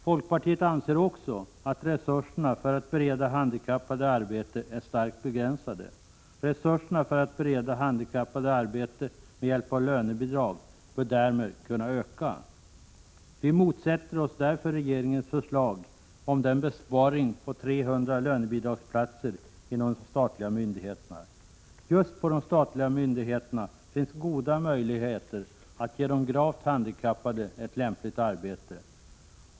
Folkpartiet anser också att resurserna för att bereda handikappade arbete är starkt begränsade. Resurserna för att bereda handikappade arbete med hjälp av lönebidrag bör därmed kunna öka. Folkpartiet motsätter sig därför regeringens besparingsförslag, som innebär en minskning med 300 lönebidragsplatser inom de statliga myndigheterna. Just inom de statliga myndigheterna finns goda möjligheter att ge gravt handikappade ett lämpligt arbete.